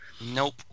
Nope